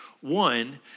One